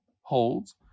holds